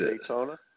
Daytona